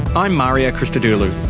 i'm mario christodoulou.